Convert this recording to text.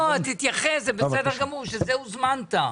תתייחס, זה בסדר גמור, בשביל זה הוזמנת.